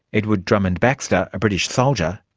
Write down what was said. edward drummond-baxter, a british soldier,